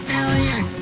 alien